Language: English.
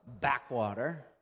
backwater